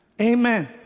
Amen